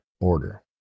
order